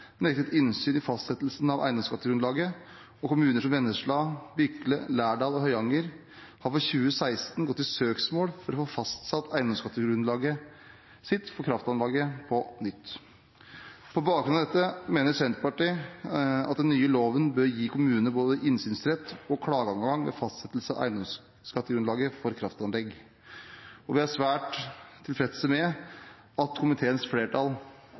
innsyn i fastsettelsen av eiendomsskattegrunnlaget, og kommuner som Vennesla, Bykle, Lærdal og Høyanger har for 2016 gått til søksmål for å få fastsatt eiendomsskattegrunnlaget for kraftanlegg på nytt. På bakgrunn av dette mener Senterpartiet at den nye loven bør gi kommunene både innsynsrett og klageadgang ved fastsettelse av eiendomsskattegrunnlaget for kraftanlegg. Vi er svært tilfredse med at komiteens flertall